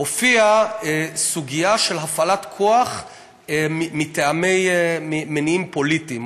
הופיעה סוגיה של הפעלת כוח מטעמי מניעים פוליטיים,